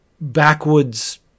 backwoods